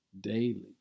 daily